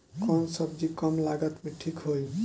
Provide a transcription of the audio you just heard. कौन सबजी कम लागत मे ठिक होई?